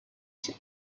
ship